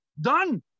done